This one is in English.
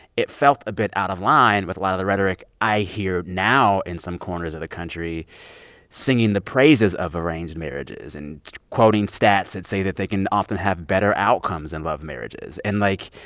it felt a bit out of line with a lot of the rhetoric i hear now in some corners of the country singing the praises of arranged marriages and quoting stats that say that they can often have better outcomes than love marriages. and, like,